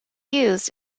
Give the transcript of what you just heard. used